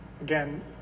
Again